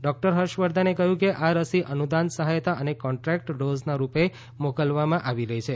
doctor હર્ષવર્ધને કહયું કે આ રસી અનુદાન સહાયતા અને કોન્ટ્રાકટ ડોઝના રૂપે મોકલવામાં આવી રહી છે